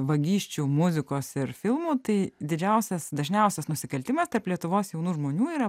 vagysčių muzikos ir filmų tai didžiausias dažniausias nusikaltimas tarp lietuvos jaunų žmonių yra